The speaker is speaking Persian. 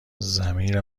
ضمیر